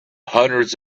hundreds